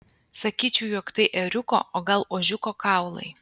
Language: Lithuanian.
sakyčiau jog tai ėriuko o gal ožiuko kaulai